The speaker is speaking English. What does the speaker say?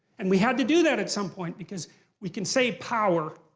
and we had to do that at some point because we can say power,